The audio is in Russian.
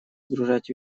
сгружать